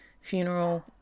funeral